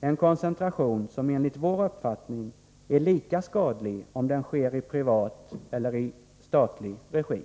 en koncentration som enligt vår uppfattning är lika skadlig om den sker i privat eller statlig regi.